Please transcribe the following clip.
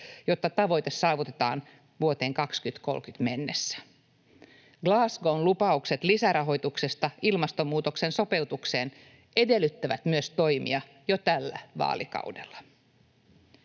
jotta tavoite saavutetaan vuoteen 2030 mennessä. Glasgow’n lupaukset lisärahoituksesta ilmastonmuutoksen sopeutukseen edellyttävät myös toimia jo tällä vaalikaudella.